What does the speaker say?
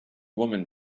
woman